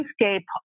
landscape